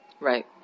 Right